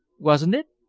wasn't it?